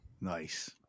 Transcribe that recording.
Nice